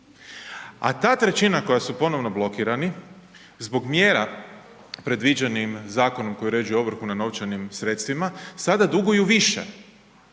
A ta 1/3 koji su ponovno blokirani zbog mjera predviđenim zakonom koji uređuje ovrhu na novčanim sredstvima, sada duguju više